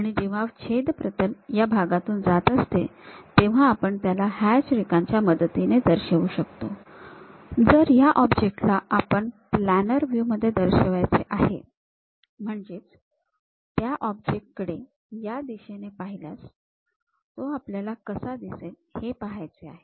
आणि जेव्हा प्रतल या भागातून जात असेल तेव्हा आपण त्याला हॅच रेखाच्या मदतीने दर्शवू शकतो जर या ऑब्जेक्ट ला आपल्याला प्लॅनर व्ह्यू मध्ये दर्शवायचे आहे म्हणजेच त्या ऑब्जेक्ट कडे या दिशेने पाहिल्यास तो आपल्याला कसा दिसेल हे पाहायचे आहे